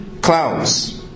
clouds